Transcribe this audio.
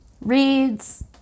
reads